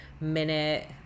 minute